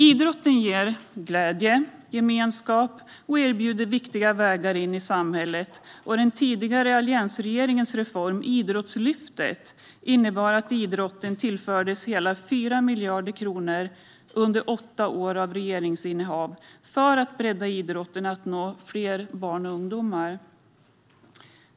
Idrotten ger glädje och gemenskap och erbjuder viktiga vägar in i samhället. Den tidigare alliansregeringens reform Idrottslyftet innebar att idrotten tillfördes hela 4 miljarder kronor under åtta år av regeringsinnehav för att bredda idrotten så att den skulle nå fler barn och ungdomar.